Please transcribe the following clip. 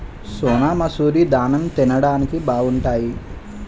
సోనామసూరి దాన్నెం తిండానికి బావుంటాయి